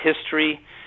history